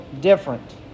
different